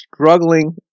struggling